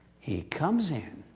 he comes in,